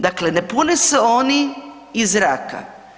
Dakle, ne pune se oni iz zraka.